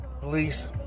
police